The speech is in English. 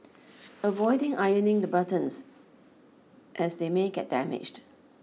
avoid ironing the buttons as they may get damaged